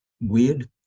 Weird